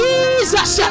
Jesus